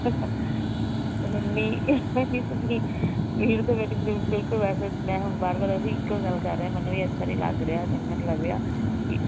ਇੰਨੀ ਇੰਨੀ ਸਪੀ ਸਪੀਡ ਤਾਂ ਮੇਰੀ ਬਿਲਕੁਲ ਵੈਸੇ ਮੈਂ ਹੁਣ ਵਾਰ ਵਾਰ ਉਹੀ ਇੱਕੋ ਹੀ ਗੱਲ ਕਰ ਰਿਹਾ ਮੈਨੂੰ ਵੀ ਅੱਛਾ ਨਹੀਂ ਲੱਗ ਰਿਹਾ ਚੰਗਾ ਨਹੀਂ ਲੱਗ ਰਿਹਾ ਵੀ